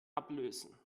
ablösen